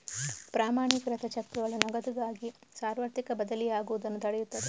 ಪ್ರಮಾಣೀಕೃತ ಚೆಕ್ಗಳು ನಗದುಗಾಗಿ ಸಾರ್ವತ್ರಿಕ ಬದಲಿಯಾಗುವುದನ್ನು ತಡೆಯುತ್ತದೆ